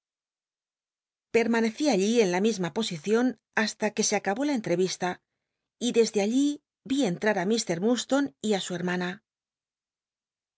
permanecí allí en la misma posicion hasta se aca bó la cnttcvisla y desde allí ví entrar lí ifr mul'dslo nc y i su hermana